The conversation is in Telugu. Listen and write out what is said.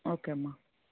ఓకే అమ్మ